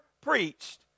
preached